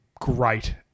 great